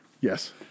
Yes